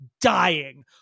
dying